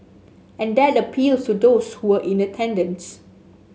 and that appeals to those who were in attendance